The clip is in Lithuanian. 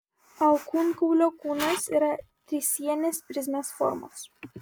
alkūnkaulio kūnas yra trisienės prizmės formos